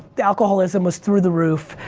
the alcoholism was through the roof,